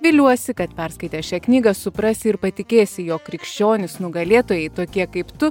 viliuosi kad perskaitę šią knygą suprasi ir patikėsi jog krikščionys nugalėtojai tokie kaip tu